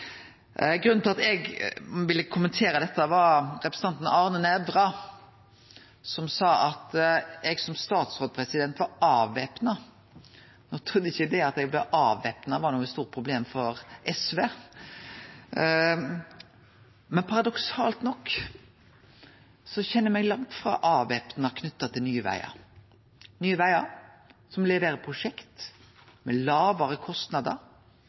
Grunnen til at eg ville kommentere dette, var at representanten Arne Nævra sa at eg som statsråd var avvæpna. Eg trudde ikkje det at eg blei avvæpna, var noko stort problem for SV. Men paradoksalt nok kjenner eg meg langt frå avvæpna knytt til Nye Vegar, som leverer prosjekt med